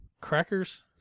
crackers